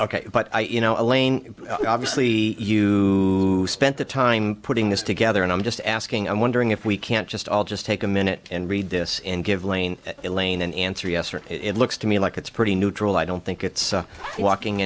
ok but i you know elaine obviously you spent the time putting this together and i'm just asking i'm wondering if we can't just all just take a minute and read this and give lane elaine an answer yes or it looks to me like it's pretty neutral i don't think it's walking